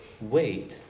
wait